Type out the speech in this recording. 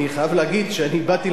אם אתה תפריע לו, הוא מדבר בשמך.